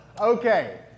Okay